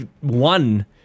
one